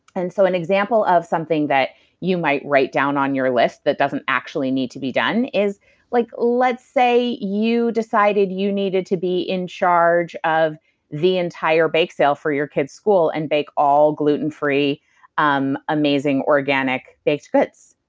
and so an example of something that you might write down on your list that doesn't actually need to be done is like, let's say you decided you needed to be in charge of the entire bake sale for your kid's school and bake all gluten-free um amazing, organic baked grits.